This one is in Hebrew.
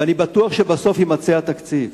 ואני בטוח שבסוף יימצא התקציב,